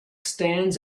stands